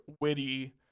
witty